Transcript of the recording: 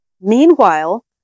Meanwhile